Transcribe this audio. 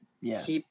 yes